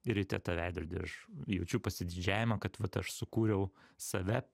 ir ryte tą veidrodį aš jaučiu pasididžiavimą kad vat aš sukūriau save